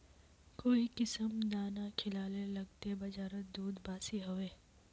काई किसम दाना खिलाले लगते बजारोत दूध बासी होवे?